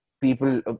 people